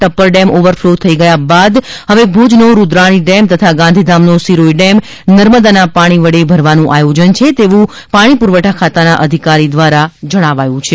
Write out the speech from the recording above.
Tappar dam overflow થઈ ગયા બાદ હવે ભુજનો રૂકાણી ડેમ તથા ગાંધીધામનો સિરોઈ ડેમ નર્મદાના પાણી વડે ભરવાનું આયોજન છે તેવું પાણી પુરવઠા ખાતાના અધિકારી દ્વારા આ પ્રસંગે જણાવાયું હતું